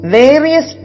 various